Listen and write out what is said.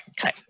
Okay